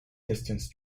distance